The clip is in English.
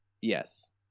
yes